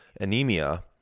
anemia